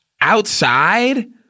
outside